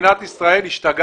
מדינת ישראל השתגעה.